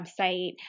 website